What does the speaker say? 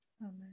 Amen